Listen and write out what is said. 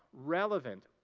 relevant,